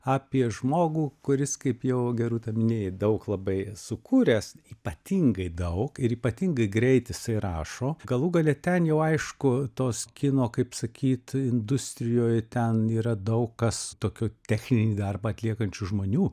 apie žmogų kuris kaip jau gerūta minėjai daug labai sukūręs ypatingai daug ir ypatingai greit jisai rašo galų gale ten jau aišku tos kino kaip sakyt industrijoj ten yra daug kas tokio techninį darbą atliekančių žmonių